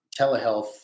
telehealth